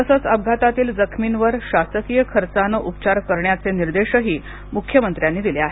तसंच अपघातातील जखमींवर शासकीय खर्चाने उपचार करण्याचे निर्देशही मुख्यमंत्र्यांनी दिले आहेत